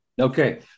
Okay